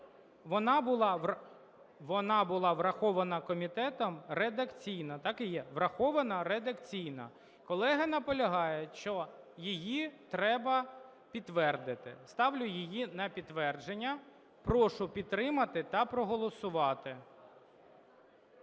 Вона була врахована комітетом редакційно. Так і є, врахована редакційно. Колеги наполягають, що її треба підтвердити. Ставлю її на підтвердження. Прошу підтримати та проголосувати.